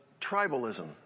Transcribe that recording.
tribalism